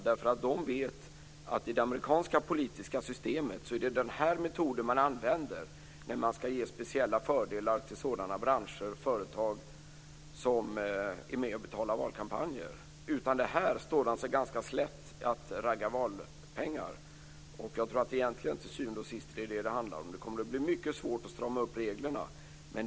De vet att i det amerikanska politiska systemet använder man den här metoden när man ska ge speciella fördelar till sådana branscher och företag som är med och betalar valkampanjer. Utan detta står de sig ganska slätt i att ragga valpengar. Det är vad det till syvende och sist handlar om. Det kommer att bli mycket svårt att strama upp reglerna.